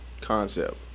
Concept